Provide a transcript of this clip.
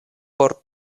por